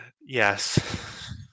Yes